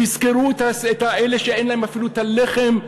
תזכרו את אלה שאין להם אפילו את הלחם,